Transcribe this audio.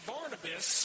Barnabas